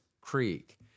creek